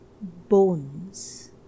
bones